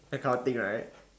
that kind of thing right